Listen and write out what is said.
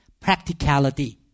practicality